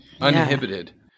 uninhibited